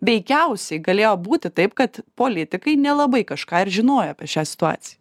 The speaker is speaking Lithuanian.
veikiausiai galėjo būti taip kad politikai nelabai kažką ir žinojo apie šią situaciją